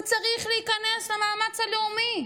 הוא צריך להיכנס למאמץ הלאומי.